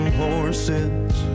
horses